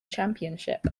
championship